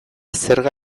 zerga